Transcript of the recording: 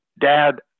dad